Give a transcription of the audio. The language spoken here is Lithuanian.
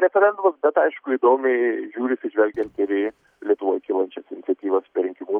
referendumas bet aišku įdomiai žiūrisi žvelgiant ir į lietuvoj kylančias iniciatyvas per rinkimus